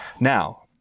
Now